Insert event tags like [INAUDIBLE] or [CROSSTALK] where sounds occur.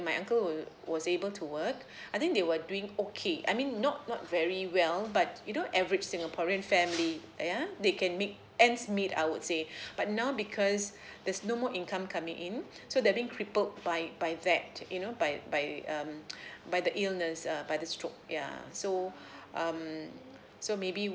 my unclew will was able to work I think they were doing okay I mean not not very well but you know average singaporean family yeah they can make ends meet I would say but now because there's no more income coming in so they are being crippled by by that you know by by um [BREATH] [NOISE] by the illness uh by the stroke yeah so um so maybe